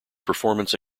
performance